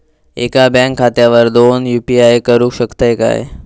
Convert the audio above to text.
एका बँक खात्यावर दोन यू.पी.आय करुक शकतय काय?